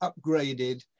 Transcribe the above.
upgraded